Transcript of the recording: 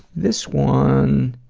this one